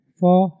four